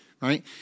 right